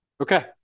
Okay